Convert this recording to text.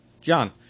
John